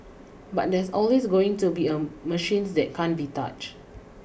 but there's always going to be a machines that can't be touched